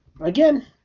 Again